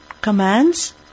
commands